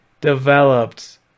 developed